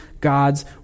God's